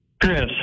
Chris